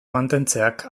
mantentzeak